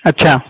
अच्छा